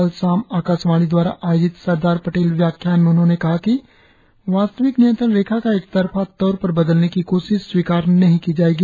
कल शाम आकाशवाणी दवारा आयोजित सरदार पटेल व्याख्यान में उन्होंने कहा कि वास्तविक नियंत्रण रेखा का एकतरफा तौर पर बदलने की कोशिश स्वीकार नहीं की जाएगी